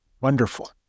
wonderful